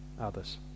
others